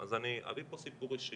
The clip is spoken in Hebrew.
אז אני אביא פה סיפור אישי.